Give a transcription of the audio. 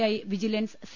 I vigilance C